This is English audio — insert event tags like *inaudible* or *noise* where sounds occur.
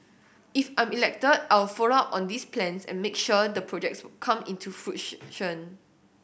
if I'm elected I will follow up on these plans and make sure the projects come into *unintelligible*